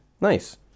Nice